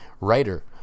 writer